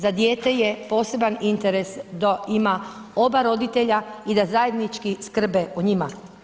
Za dijete je poseban interes da ima oba roditelja i da zajednički skrbe o njima.